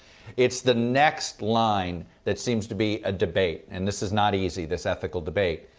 it's the next line that seems to be a debate, and this is not easy, this ethical debate.